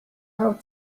how